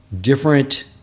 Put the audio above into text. different